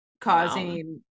causing